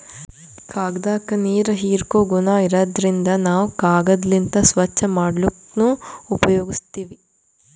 ಕಾಗ್ದಾಕ್ಕ ನೀರ್ ಹೀರ್ಕೋ ಗುಣಾ ಇರಾದ್ರಿನ್ದ ನಾವ್ ಕಾಗದ್ಲಿಂತ್ ಸ್ವಚ್ಚ್ ಮಾಡ್ಲಕ್ನು ಉಪಯೋಗಸ್ತೀವ್